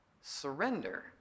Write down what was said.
surrender